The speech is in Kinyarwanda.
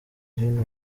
hino